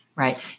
right